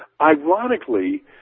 Ironically